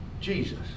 Jesus